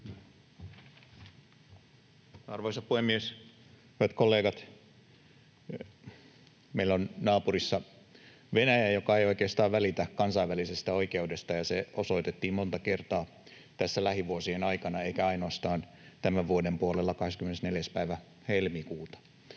Arvoisa puhemies! Hyvät kollegat! Meillä on naapurissa Venäjä, joka ei oikeastaan välitä kansainvälisestä oikeudesta, ja se osoitettiin monta kertaa tässä lähivuosien aikana eikä ainoastaan tämän vuoden puolella 24. päivä helmikuuta.